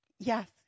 Yes